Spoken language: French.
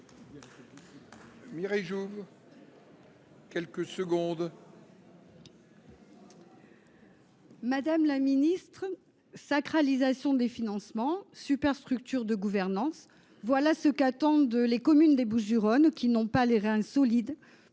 Mireille Jouve, pour la réplique. Madame la ministre, la sacralisation des financements et une superstructure de gouvernance : voilà ce qu’attendent les communes des Bouches du Rhône, qui n’ont pas les reins assez